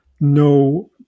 no